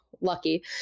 lucky